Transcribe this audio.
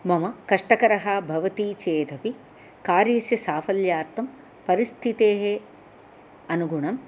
मम कष्टकरः भवती चेदपि कार्यस्य साफल्यार्थं परिस्थितेः अनुगुणं